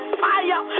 fire